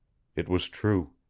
it was true.